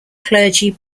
clergy